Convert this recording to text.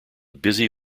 busy